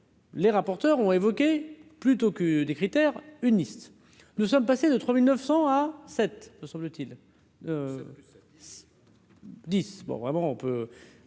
Les rapporteurs ont évoqué plutôt que des critères une liste, nous sommes passés de 3900 à sept semble-t-il dix bon, vraiment, on peut,